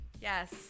Yes